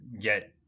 get